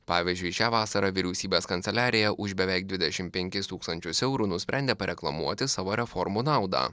pavyzdžiui šią vasarą vyriausybės kanceliarija už beveik dvidešimt penkis tūkstančius eurų nusprendė pareklamuoti savo reformų naudą